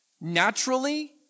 naturally